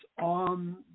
on